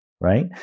Right